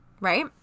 right